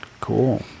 cool